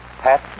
Pat